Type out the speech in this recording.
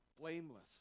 blameless